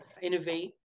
innovate